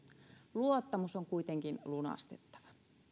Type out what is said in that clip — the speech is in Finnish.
luottamus on kuitenkin lunastettava